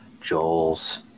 Joel's